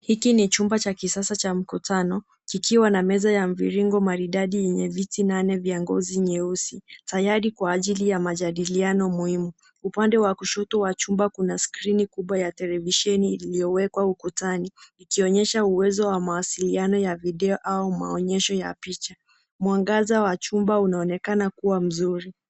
Hiki ni chumba cha kisasa cha mkutano kikiwa na meza ya mviringo maridadi yenye viti nane vya ngozi nyeusi tayari kwa ajili ya majadiliano muhimu. Upande wa kushoto wa chumba kuna skrini kubwa ya televisheni iliyowekwa ukutani ikionesha uwezo wa mawasiliano ya video au maonesho ya picha. Mwangaza wa chumba unaonekana kuwa mzuri.